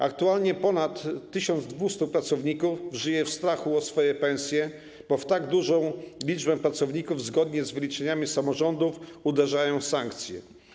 Aktualnie ponad 1200 pracowników żyje w strachu o swoje pensje, bo w tak dużą liczbę pracowników zgodnie z wyliczeniami samorządów uderzają sankcje.